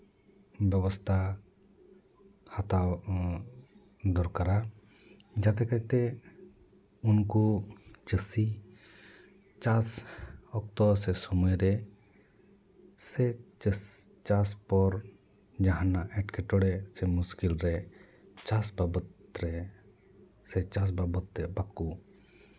ᱵᱮᱵᱚᱥᱛᱷᱟ ᱦᱟᱛᱟᱣ ᱫᱚᱨᱠᱟᱨᱟ ᱡᱟᱛᱮ ᱠᱟᱭᱛᱮ ᱩᱱᱠᱩ ᱪᱟᱹᱥᱤ ᱪᱟᱥ ᱚᱠᱛᱚ ᱥᱮ ᱥᱚᱢᱚᱭ ᱨᱮ ᱥᱮ ᱪᱟᱥ ᱯᱚᱨ ᱡᱟᱦᱟᱱᱟᱜ ᱮᱴᱠᱮᱴᱚᱬᱮ ᱢᱩᱥᱠᱤᱞ ᱨᱮ ᱪᱟᱥ ᱵᱟᱵᱚᱫ ᱨᱮ ᱥᱮ ᱵᱟᱵᱚᱫ ᱛᱮ ᱵᱟᱠᱚ